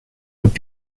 would